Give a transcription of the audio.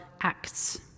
acts